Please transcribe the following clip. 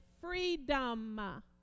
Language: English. freedom